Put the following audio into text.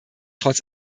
trotz